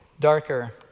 darker